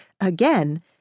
again